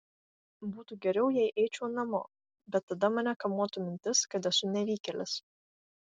būtų geriau jei eičiau namo bet tada mane kamuotų mintis kad esu nevykėlis